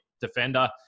defender